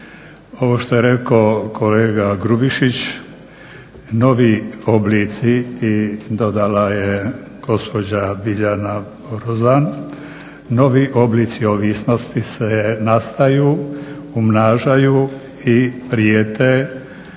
Ovo što je rekao kolega Grubišić, novi oblici i dodala je gospođa Biljana Borzan, novi oblici ovisnosti se nastaju, umnažaju i prijete